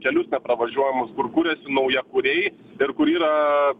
kelius nepravažiuojamus kur kūriasi naujakuriai ir kur yra